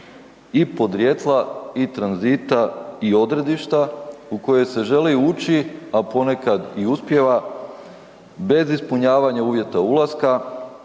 I podrijetla i tranzita i odredišta u koje se želi ući, a ponekad i uspijeva, bez ispunjavanja uvjeta ulaska,